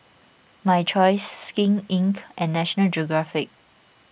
My Choice Skin Inc and National Geographic